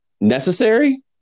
necessary